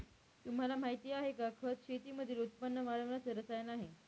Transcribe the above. तुम्हाला माहिती आहे का? खत शेतीमधील उत्पन्न वाढवण्याच रसायन आहे